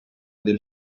del